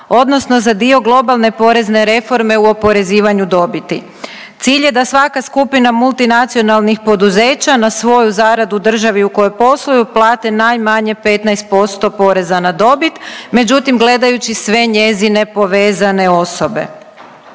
odnosno za dio globalne porezne reforme u oporezivanju dobiti. Cilj je da svaka skupina multinacionalnih poduzeća na svoju zaradu državi u kojoj posluju plate najmanje 15% poreza na dobit, međutim, gledajući sve njezine povezane osobe.